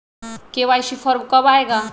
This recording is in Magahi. के.वाई.सी फॉर्म कब आए गा?